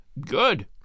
Good